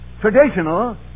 traditional